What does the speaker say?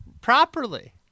properly